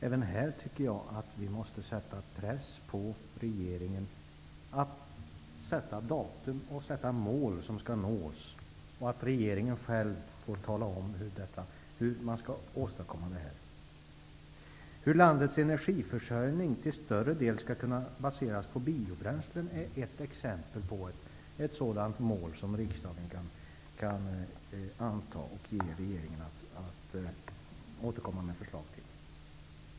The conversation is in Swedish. Även här tycker jag att vi måste sätta press på regeringen att sätta datum och att sätta upp mål som skall nås. Regeringen får själv tala om hur man skall åstadkomma detta. Hur landets energiförsörjning till större del skall kunna baseras på biobränslen är ett exempel på ett sådant mål som riksdagen kan anta och ge regeringen i uppdrag att återkomma med förslag till.